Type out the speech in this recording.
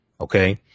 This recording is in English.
Okay